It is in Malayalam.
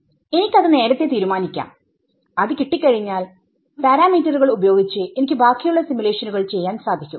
എനിക്ക് അത് നേരത്തെ തീരുമാനിക്കാം അത് കിട്ടിക്കഴിഞ്ഞാൽ പാരാമീറ്ററുകൾ ഉപയോഗിച്ച് എനിക്ക് ബാക്കിയുള്ള സിമുലേഷനുകൾ ചെയ്യാൻ സാധിക്കും